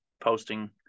posting